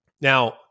Now